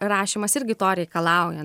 rašymas irgi to reikalauja